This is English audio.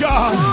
God